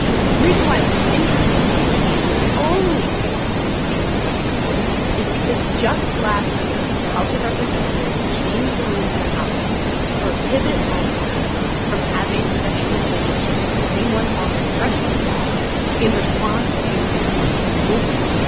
but the reason why it's so interesting to me is the only reason it's being investigated is because just last year, the house of representatives changed the rules of the house to prohibit lawmakers from having sexual relationships with anyone on their congressional staff in response to the metoo movement.